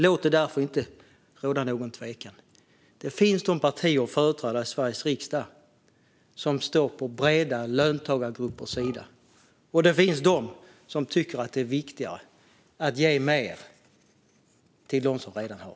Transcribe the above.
Låt det därför inte råda någon tvekan: Det finns partier och företrädare i Sveriges riksdag som står på breda löntagargruppers sida, och det finns de som tycker att det är viktigare att ge mer till dem som redan har.